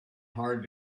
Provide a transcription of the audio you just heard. hard